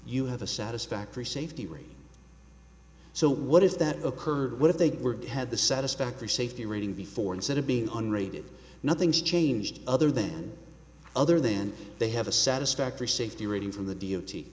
you have a satisfactory safety rating so what is that occurred what if they were had the satisfactory safety rating before instead of being on rated nothing's changed other than other than they have a satisfactory safety rating from the d